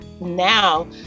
now